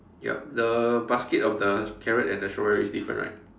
yup the basket of the carrot and the strawberry is different right